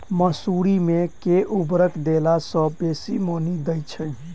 मसूरी मे केँ उर्वरक देला सऽ बेसी मॉनी दइ छै?